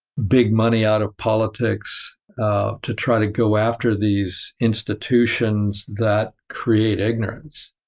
big money out of politics ah to try to go after these institutions that create ignorance.